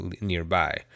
nearby